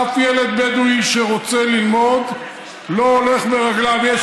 אף ילד בדואי שרוצה ללמוד לא הולך ברגליו.